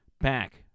back